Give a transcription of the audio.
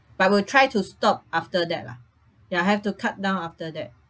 but we'll try to stop after that lah ya have to cut down after that